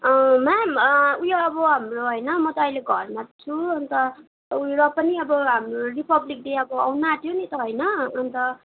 ma'am ऊ यो अब हाम्रो होइन म त अहिले घरमा छु अन्त उयो र पनि अब हाम्रो रिपब्लिक डे आउँनु आँट्यो नि त होइन अन्त